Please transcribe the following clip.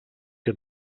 que